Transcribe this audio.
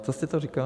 Co jste to říkala?